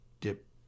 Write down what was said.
dip